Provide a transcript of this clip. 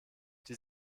die